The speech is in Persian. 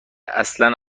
اصلا